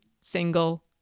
single